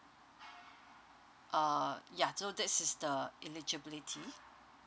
uh yeah so this is the eligibility